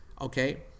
okay